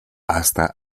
hasta